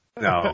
no